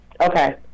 Okay